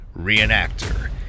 reenactor